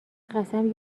قسم